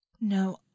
No